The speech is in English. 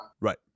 Right